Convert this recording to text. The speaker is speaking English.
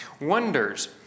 wonders